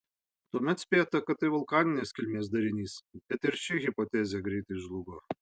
tuomet spėta jog tai vulkaninės kilmės darinys bet ir ši hipotezė greitai žlugo